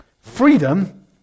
Freedom